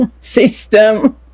system